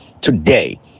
today